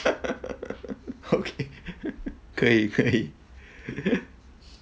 okay 可以可以